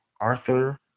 Arthur